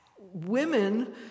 women